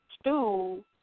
stool